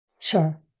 Sure